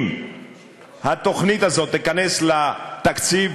אם התוכנית הזאת תיכנס לתקציב,